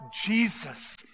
Jesus